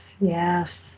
yes